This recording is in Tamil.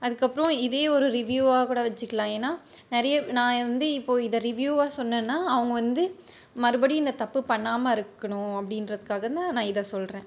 அதுக்கப்புறம் இதே ஒரு ரிவ்யூவாக கூட வச்சுக்கலாம் ஏன்னா நிறைய நான் வந்து இப்போ இதை ரிவ்யூவாக சொன்னன்னா அவங்க வந்து மறுபடியும் இந்த தப்பு பண்ணாம இருக்கணும் அப்படின்றதுக்காக தான் நான் இதை சொல்கிறேன்